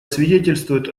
свидетельствует